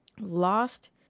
lost